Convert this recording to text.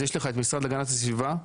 יש לך את המשרד להגנת הסביבה,